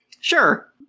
Sure